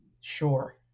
Sure